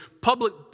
public